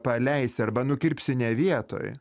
paleisi arba nukirpsi ne vietoj